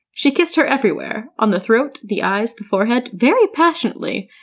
she kissed her everywhere on the throat, the eyes, the forehead, very passionately,